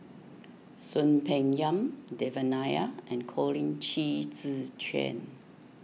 Soon Peng Yam Devan Nair and Colin Qi Zhe Quan